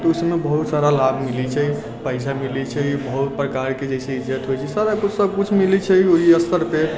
तऽ ओ सबमे बहुत सारा लाभ मिलै छै पैसा मिलै छै बहुत प्रकार के जे छै से इज्जत होइ छै सारा कुछ सबकुछ मिलै छै वही स्तर पे